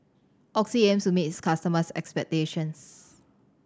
Oxy aims to meet its customers' expectations